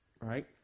right